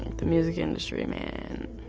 the music industry, man.